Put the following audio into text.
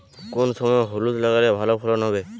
কোন সময় হলুদ লাগালে ভালো ফলন হবে?